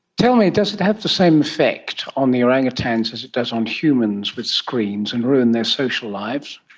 tell me, does it have the same effect on the orangutans as it does on humans with screens and ruin their social lives?